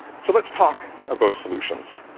so let's talk about solutions.